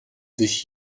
sich